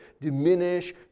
diminish